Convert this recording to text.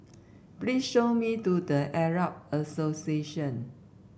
please show me to The Arab Association